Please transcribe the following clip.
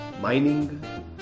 mining